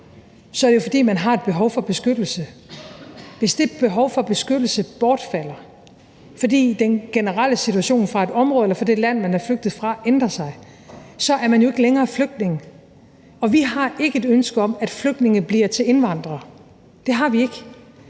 er det jo, fordi man har et behov for beskyttelse. Hvis det behov for beskyttelse bortfalder, fordi den generelle situation i det område eller det land, man er flygtet fra, ændrer sig, så er man jo ikke længere flygtning. Og vi har ikke et ønske om, at flygtninge bliver til indvandrere. Det har vi ikke.